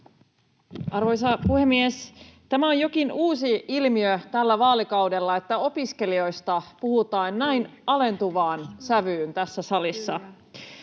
Arvoisa puhemies! Tämä on jokin uusi ilmiö tällä vaalikaudella, että opiskelijoista puhutaan näin alentavaan sävyyn tässä salissa.